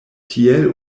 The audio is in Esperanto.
tiel